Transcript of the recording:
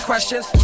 questions